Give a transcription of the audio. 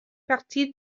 partie